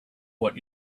what